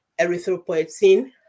erythropoietin